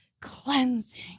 cleansing